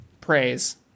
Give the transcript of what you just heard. praise